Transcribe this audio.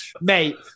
mate